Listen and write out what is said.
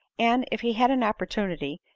and, if he had an opportunity,